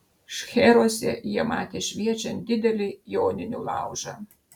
šcheruose jie matė šviečiant didelį joninių laužą